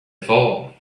evolved